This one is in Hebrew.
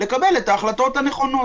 לקבל את ההחלטות הנכונות.